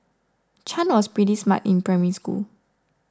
Chan was pretty smart in Primary School